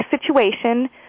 situation